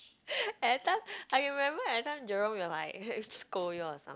at that time I remember at that time Jerome will like scold you all or some